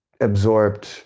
absorbed